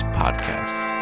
podcasts